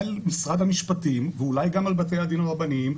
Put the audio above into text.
משרד המשפטים, ואולי גם על בתי הדין הרבניים.